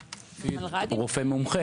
זה רופא מומחה.